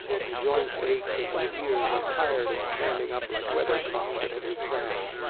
my joints ache and my ears are tired of standing up like weather-cocks at every crash.